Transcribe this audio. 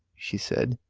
she said,